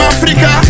Africa